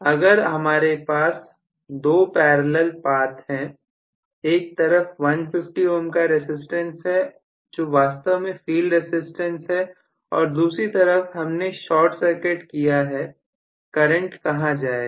अगर हमारे पास 2 पैरेलल पाथ है एक तरफ 150 Ω का रसिस्टेंस है जो वास्तव में फील्ड रसिस्टेंस है और दूसरी तरफ हमने शॉर्ट सर्किट किया है करंट कहां जाएगा